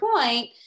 point